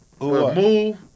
Move